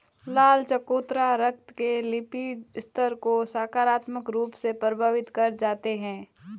लाल चकोतरा रक्त के लिपिड स्तर को सकारात्मक रूप से प्रभावित कर जाते हैं